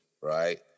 Right